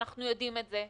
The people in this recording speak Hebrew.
ואנחנו יודעים את זה,